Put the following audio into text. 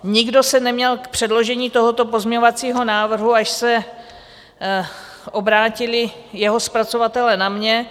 Nikdo se neměl k předložení tohoto pozměňovacího návrhu, až se obrátili jeho zpracovatelé na mě.